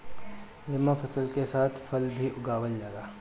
एमे फसल के साथ फल भी उगावल जाला